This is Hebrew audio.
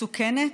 מסוכנת,